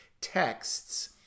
texts